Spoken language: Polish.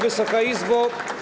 Wysoka Izbo!